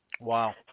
Wow